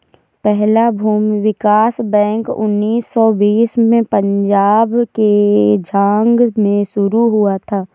पहला भूमि विकास बैंक उन्नीस सौ बीस में पंजाब के झांग में शुरू हुआ था